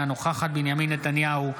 אינה נוכחת בנימין נתניהו,